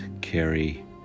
carry